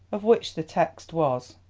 of which the text was,